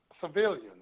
Civilians